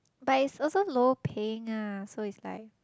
but it's also low paying lah so it's like